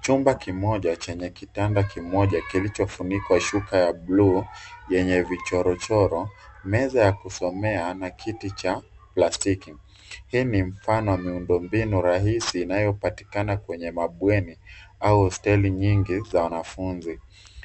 Chumba kimoja chenye kitanda kimoja kilichofunikwa shuka ya buluu yenye vichorochoro. Meza ya kusomea na kiti cha plastiki. Hii ni mfano wa miundo mbinu rahisi inayopatikana kwenye mabweni au hosteli nyingi za wanafunzi,